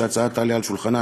כשההצעה תעלה על שולחנה,